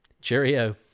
cheerio